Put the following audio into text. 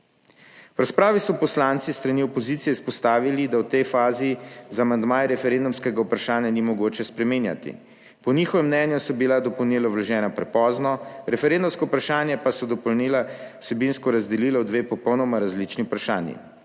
V razpravi so poslanci s strani opozicije izpostavili, da v tej fazi z amandmaji referendumskega vprašanja ni mogoče spreminjati. Po njihovem mnenju so bila dopolnila vložena prepozno, referendumsko vprašanje pa so dopolnila vsebinsko razdelila v dve popolnoma različni vprašanji.